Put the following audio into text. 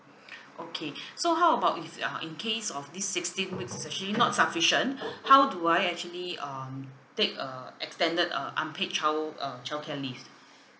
okay so how about this uh in case of this sixteen weeks is actually not sufficient how do I actually um take uh extended uh unpaid child uh childcare leave